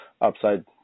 upside